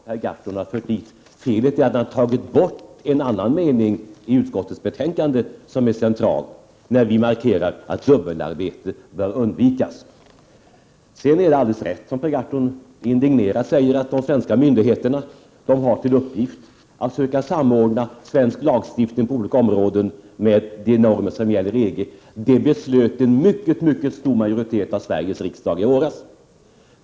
Fru talman! Det är egentligen inget fel alls på den formulering som Per Gahrton vill föra in. Felet är att en annan mening i utskottets betänkande som är central tas bort. Där markerar vi att dubbelarbete bör undvikas. Det är alldeles rätt som Per Gahrton indignerat säger att de svenska myndigheterna har till uppgift att söka samordna svensk lagstiftning på olika områden med de normer som gäller inom EG. Det beslöt en mycket stor majoritet av Sveriges riksdag i våras.